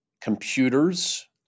computers